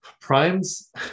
Primes